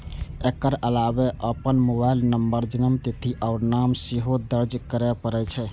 एकर अलावे अपन mobile number, जन्मतिथि आ नाम सेहो दर्ज करय पड़ै छै